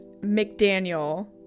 mcdaniel